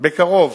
בקרוב